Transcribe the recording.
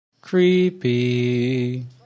Creepy